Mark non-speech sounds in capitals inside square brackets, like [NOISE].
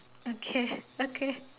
okay [LAUGHS] okay